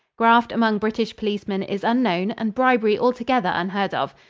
graft among british policemen is unknown and bribery altogether unheard of.